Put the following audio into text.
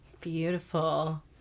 beautiful